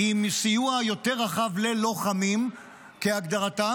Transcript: עם סיוע יותר רחב ללוחמים כהגדרתם,